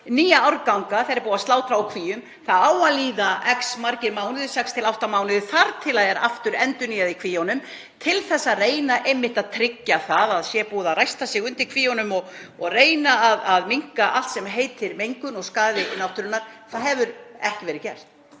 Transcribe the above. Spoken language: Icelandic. nýja árganga þegar búið er að slátra úr kvíum þá eiga að líða x margir mánuðir, 6–8 mánuðir, þar til aftur er endurnýjað í kvíunum til að reyna einmitt að tryggja að búið sé að ræsta undir kvíunum og reyna að minnka allt sem heitir mengun og skaði náttúrunnar. Það hefur ekki verið gert.